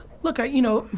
look ah you know,